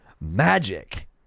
magic